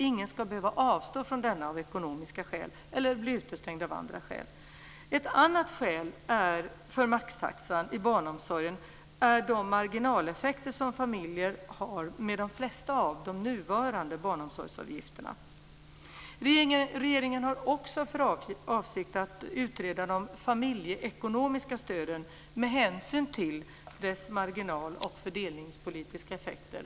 Ingen ska behöva avstå från den av ekonomiska skäl eller bli utestängd av andra skäl. Ett annat skäl för maxtaxan i barnomsorgen är de marginaleffekter som familjer har med de flesta av de nuvarande barnomsorgsavgifterna. Regeringen har också för avsikt att utreda de familjeekonomiska stöden med hänsyn till deras marginal och fördelningspolitiska effekter.